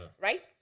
right